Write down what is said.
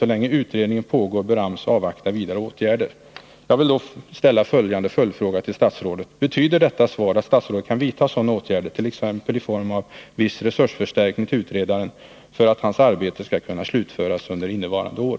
Så länge utredningen pågår bör AMS avvakta vidare åtgärder.” Jag vill därför ställa följande följdfråga till statsrådet: Betyder detta svar att statsrådet kan vidta sådana åtgärder, t.ex. i form av viss resursförstärkning till utredaren, att hans arbete skall kunna slutföras under innevarande år?